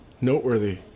noteworthy